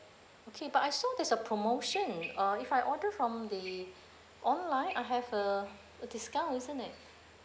okay but I saw there's a promotion uh if I order from the online I have uh a discount isn't it